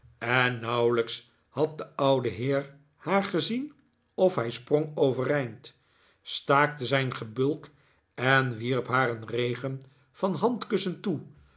en nauwelijks had de oude heer haar gezien of hij sprong overeind staakte zijn gebulk en wierp haar een regen van handkussen toe